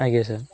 ଆଜ୍ଞା ସାର୍